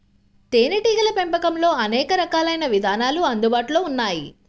తేనీటీగల పెంపకంలో అనేక రకాలైన విధానాలు అందుబాటులో ఉన్నాయి